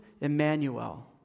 Emmanuel